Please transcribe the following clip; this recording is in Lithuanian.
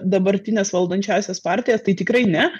dabartines valdančiąsias partijas tai tikrai ne